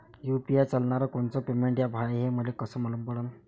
UPI चालणारं कोनचं payment app हाय, हे मले कस मालूम पडन?